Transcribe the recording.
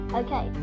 okay